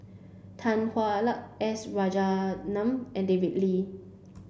Tan Hwa Luck S Rajaratnam and David Lee